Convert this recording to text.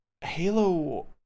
Halo